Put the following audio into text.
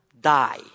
die